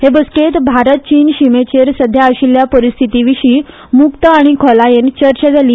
हे बसकेंत भारत चीन शिमेर सद्या आशिल्ली परिस्थिती विशीं मुक्त आनी खोलायेन चर्चा जाली